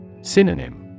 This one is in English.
Synonym